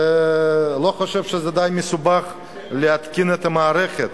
אני לא חושב שזה מדי מסובך להתקין את המערכת.